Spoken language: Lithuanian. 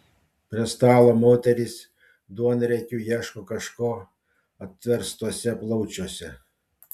prie stalo moterys duonriekiu ieško kažko atverstuose plaučiuose